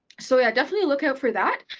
so yeah definitely look out for that!